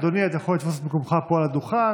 אדוני, אתה יכול לתפוס את מקומך פה על הדוכן.